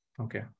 Okay